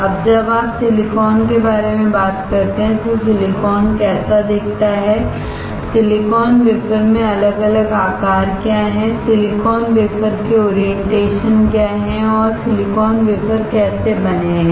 अब जब आप सिलिकॉन के बारे में बात करते हैं तो सिलिकॉन कैसा दिखता है सिलिकॉन वेफर में अलग अलग आकार क्या हैं सिलिकॉन वेफर के ओरियंटेशन क्या हैं और सिलिकॉन वेफर कैसे बने हैं